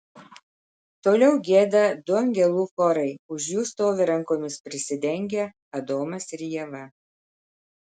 toliau gieda du angelų chorai už jų stovi rankomis prisidengę adomas ir ieva